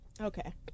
Okay